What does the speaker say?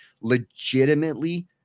legitimately